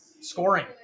Scoring